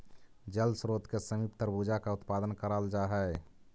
जल स्रोत के समीप तरबूजा का उत्पादन कराल जा हई